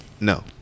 no